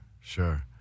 sure